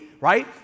Right